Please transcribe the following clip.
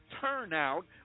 Turnout